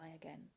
again